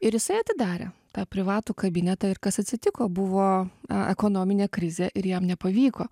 ir jisai atidarė tą privatų kabinetą ir kas atsitiko buvo ekonominė krizė ir jam nepavyko